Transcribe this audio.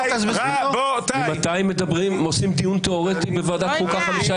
ממתי עושים דיון תיאורטי במשך חמישה